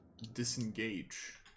Disengage